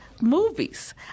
Movies